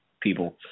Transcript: people